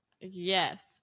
Yes